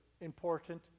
important